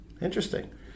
Interesting